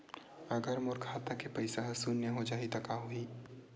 अगर मोर खाता के पईसा ह शून्य हो जाही त का होही?